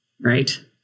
right